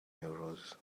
euros